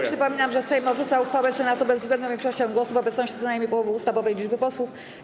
Przypominam, że Sejm odrzuca uchwałę Senatu bezwzględną większością głosów w obecności co najmniej połowy ustawowej liczby posłów.